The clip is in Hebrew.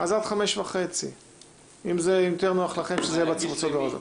אז עד 17:30. אם זה יותר נוח לכם שזה יהיה בצורה הזאת.